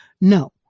No